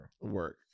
Work